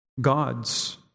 God's